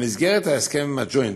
במסגרת ההסכם עם הג'וינט,